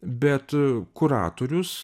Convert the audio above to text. bet kuratorius